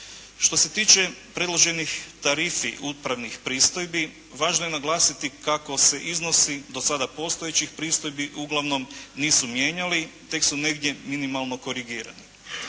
Što se tiče predloženih tarifa upravnih pristojbi važno je naglasiti kako se iznosi do sada postojećih pristojbi uglavnom nisu mijenjali tek su negdje minimalno korigirani.